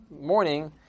morning